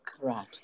Right